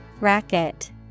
Racket